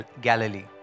Galilee